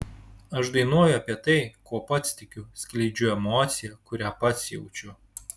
aš dainuoju apie tai kuo pats tikiu skleidžiu emociją kurią pats jaučiu